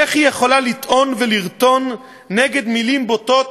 איך היא יכולה לטעון ולרטון נגד מילים בוטות,